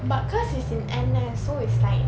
but cause he's in N_S so it's like